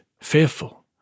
fearful